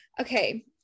Okay